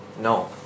no